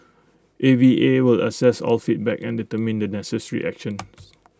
A V A will assess all feedback and determine the necessary actions